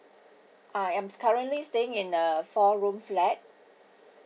I am currently staying in a four room flat